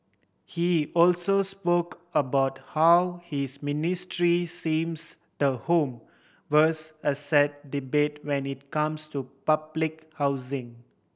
he also spoke about how his ministry seems the home versus asset debate when it comes to public housing